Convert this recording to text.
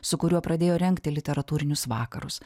su kuriuo pradėjo rengti literatūrinius vakarus